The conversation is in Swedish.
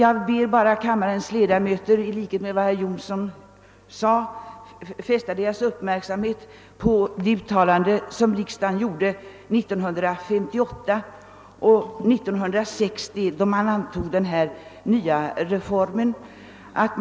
I likhet med herr Jonsson skulle jag bara vilja fästa kammarledamöternas uppmärksamhet på riksdagens uttalande år 1958 och år 1960, då den nya reformen antogs.